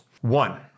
One